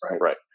right